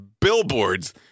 billboards